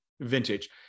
vintage